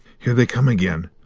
here they come again.